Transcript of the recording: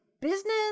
business